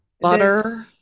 butter